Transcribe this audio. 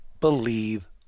believe